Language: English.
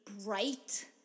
bright